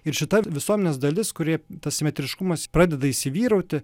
ir šita visuomenės dalis kurioje tas simetriškumas pradeda įsivyrauti